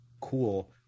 cool